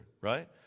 right